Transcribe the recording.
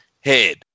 head